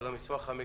על המסמך המקיף.